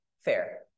Fair